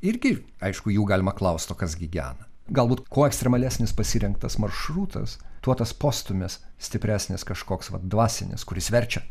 irgi aišku jų galima klaust o kas gi gena galbūt kuo ekstremalesnis pasirinktas maršrutas tuo tas postūmis stipresnis kažkoks vat dvasinis kuris verčia